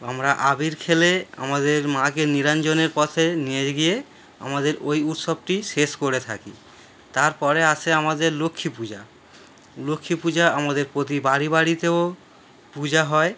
আমরা আবির খেলে আমাদের মাকে নিরঞ্জনের পথে নিয়ে গিয়ে আমাদের ওই উৎসবটি শেষ করে থাকি তারপরে আসে আমাদের লক্ষ্মী পূজা লক্ষ্মী পূজা আমাদের প্রতি বাড়ি বাড়িতেও পূজা হয়